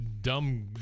dumb